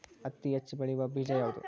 ಹತ್ತಿ ಹೆಚ್ಚ ಬೆಳೆಯುವ ಬೇಜ ಯಾವುದು?